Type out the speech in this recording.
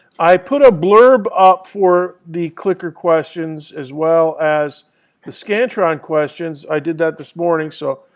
i put a blurb up for the clicker questions as well as the scantron questions. i did that this morning. so